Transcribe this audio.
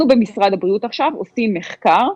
אנחנו, במשרד הבריאות עכשיו, עושים מחקר.